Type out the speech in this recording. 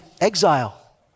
exile